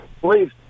please